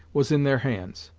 was in their hands,